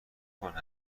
کنن